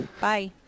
Bye